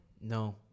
No